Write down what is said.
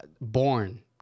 born